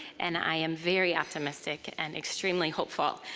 and i am very optimistic and extremely hopeful.